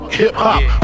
hip-hop